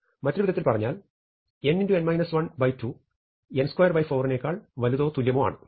മറ്റൊരു വിധത്തിൽ പറഞ്ഞാൽ n2 n24 നേക്കാൾ വലുതോ തുല്യമോ ആണ്